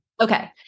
Okay